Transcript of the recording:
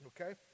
okay